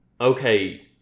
okay